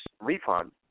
refund